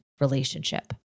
relationship